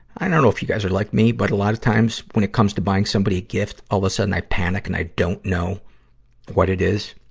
i don't know if you guys are like me, but a lot of times when it comes to buying somebody a gift, all a sudden i panic and i don't know what it is.